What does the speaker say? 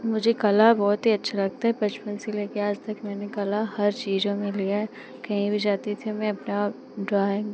मुझे कला बहुत ही अच्छा लगती है बचपन से लेकर आज तक मैंने कला हर चीज़ों में लिया है कहीं भी जाती थी मैं अपनी ड्रॉइंग